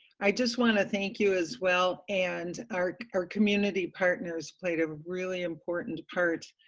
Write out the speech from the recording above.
i just want to thank you as well and our our community partners played a really important part,